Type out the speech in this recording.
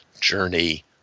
journey